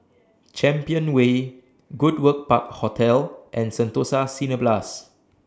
Champion Way Goodwood Park Hotel and Sentosa Cineblast